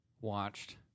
watched